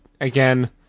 Again